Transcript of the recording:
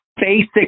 basic